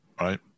right